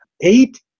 eight